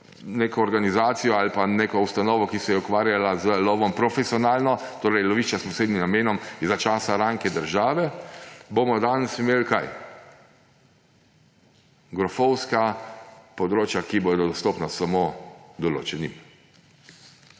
režimsko organizacijo ali pa neko ustanovo, ki se je ukvarjala z lovom profesionalno, torej lovišča s posebnim namenom, za časa rajnke države, bomo imeli danes − kaj? Grofovska področja, ki bodo dostopna samo določenim.